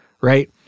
right